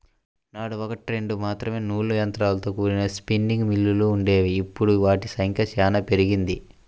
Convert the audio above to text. నాడు ఒకట్రెండు మాత్రమే నూలు యంత్రాలతో కూడిన స్పిన్నింగ్ మిల్లులు వుండేవి, ఇప్పుడు వాటి సంఖ్య చానా పెరిగింది